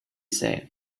said